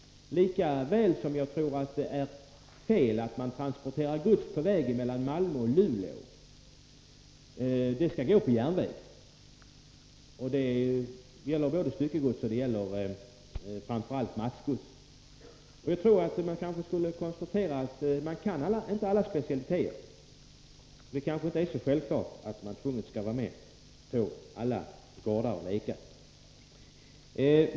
Likaså tror jag det är fel att transportera gods på landsväg mellan Malmö och Luleå — sådana transporter skall gå på järnväg. Detta gäller styckegods och framför allt massgods. Man kanske borde konstatera att man inte behärskar alla specialiteter och att det kanske inte är så alldeles självklart att man skall vara med på alla gårdar och leka.